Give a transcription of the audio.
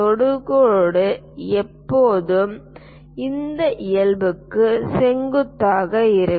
தொடுகோடு எப்போதும் இந்த இயல்புக்கு செங்குத்தாக இருக்கும்